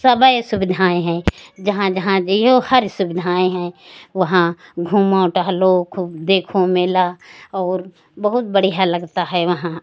सब सुविधाएं हैं जहाँ जहाँ जइहो हर सुविधाएं हैं वहाँ घूमो टहलो खूब देखो मेला और बहुत बढ़िया लगता है वहाँ